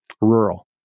rural